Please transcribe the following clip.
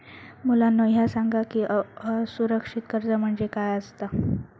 मुलांनो ह्या सांगा की असुरक्षित कर्ज म्हणजे काय आसता?